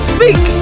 Speak